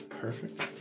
Perfect